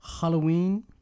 Halloween